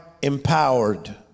empowered